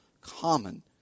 common